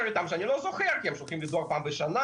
אתם ואני לא זוכר אותם כי הם שולחים לי דואר פעם בשנה.